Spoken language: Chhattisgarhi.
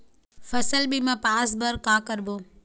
फसल बीमा पास बर का करबो?